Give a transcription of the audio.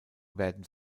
werden